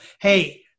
hey